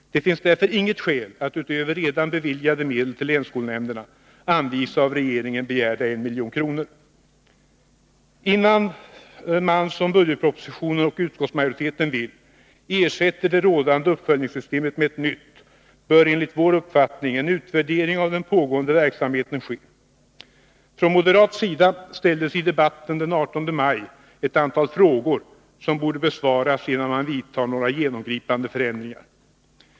Det finns därför inget skäl att utöver redan beviljade medel till länsskolnämnderna anvisa av regeringen begärda 1 milj.kr. Innan man, som budgetpropositionen och utskottsmajoriteten vill, ersätter det rådande uppföljningssystemet med ett nytt, bör enligt vår uppfattning en utvärdering av den pågående verksamheten ske. Från moderat sida ställdes i debatten den 18 maj ett antal frågor, som borde besvaras innan man vidtar några genomgripande förändringar.